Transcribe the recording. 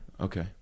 Okay